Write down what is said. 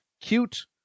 cute